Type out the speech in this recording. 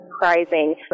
surprising